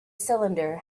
cylinder